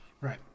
Right